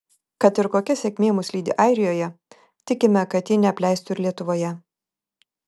kad ir kokia sėkmė mus lydi airijoje tikime kad ji neapleistų ir lietuvoje